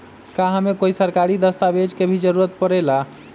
का हमे कोई सरकारी दस्तावेज के भी जरूरत परे ला?